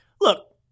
Look